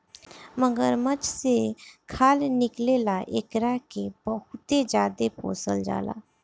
मगरमच्छ से खाल निकले ला एकरा के बहुते ज्यादे पोसल जाला